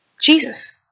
Jesus